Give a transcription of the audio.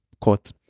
court